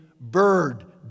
bird